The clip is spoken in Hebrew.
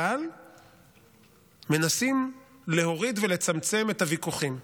אבל מנסים להוריד ולצמצם את הוויכוחים,